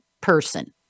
person